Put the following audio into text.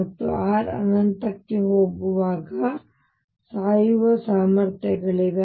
ಮತ್ತು r ಅನಂತಕ್ಕೆ ಹೋಗುವಾಗ ಸಾಯುವ ಸಾಮರ್ಥ್ಯಗಳಿಗೆ